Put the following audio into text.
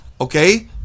Okay